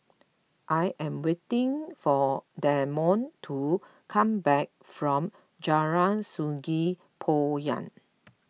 I am waiting for Damon to come back from Jalan Sungei Poyan